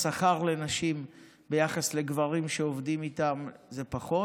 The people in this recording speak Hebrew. בשכר הנשים ביחס לגברים שעובדים איתן זה פחות.